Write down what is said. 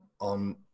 on